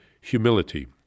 humility